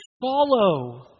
Follow